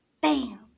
Bam